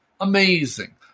amazing